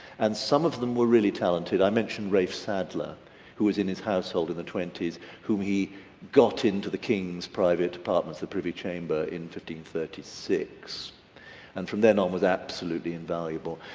and some of them were really talented i mentioned rafe sadler who was in his household in the twenties whom he got into the kings private departments the privy chamber in thirty six and from then on was absolutely invaluable.